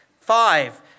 Five